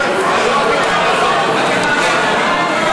כבוד היושבת-ראש, חברי וחברות הכנסת, טוב,